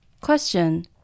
Question